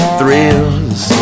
thrills